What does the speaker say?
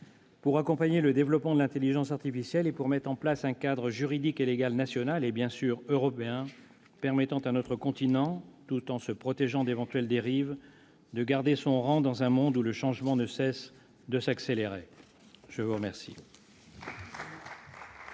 pour accompagner le développement de l'intelligence artificielle et pour mettre en place un cadre juridique et légal national, et bien sûr européen, permettant à notre continent, tout en se protégeant d'éventuelles dérives, de garder son rang dans un monde où le changement ne cesse de s'accélérer. La parole